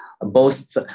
boasts